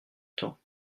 temps